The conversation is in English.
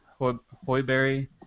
Hoyberry